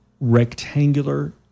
rectangular